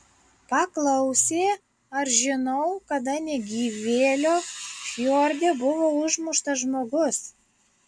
paklausė ar žinau kada negyvėlio fjorde buvo užmuštas žmogus